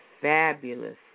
fabulous